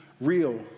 real